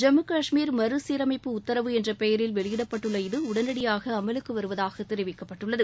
ஜம்மு காஷ்மீர் மறுசீரமைப்பு உத்தரவு என்ற பெயரில் வெளியிடப்பட்டுள்ள இது உடனடியாக அமலுக்கு வருவதாக தெரிவிக்கப்பட்டுள்ளது